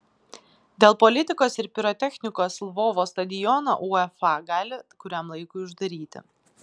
dėl politikos ir pirotechnikos lvovo stadioną uefa gali kuriam laikui uždaryti